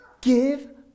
give